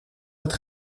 het